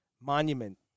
monument